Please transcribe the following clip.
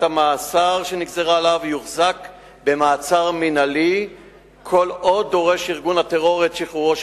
המאסר שנגזרה עליו יוחזק במעצר מינהלי כל עוד דורש ארגון הטרור את שחרורו.